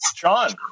john